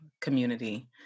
community